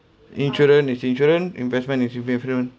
insurance is insurance investment is investment